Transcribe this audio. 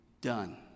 done